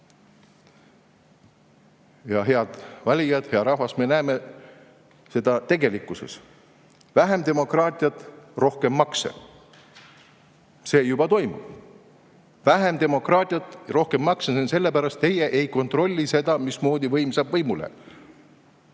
40%.Head valijad! Hea rahvas! Me näeme seda tegelikkuses: vähem demokraatiat ja rohkem makse. See juba toimub: vähem demokraatiat ja rohkem makse. See on sellepärast nii, et teie ei kontrolli seda, mismoodi võim saab võimule.